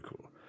cool